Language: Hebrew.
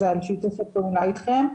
ועל שיתוף הפעולה אתכם.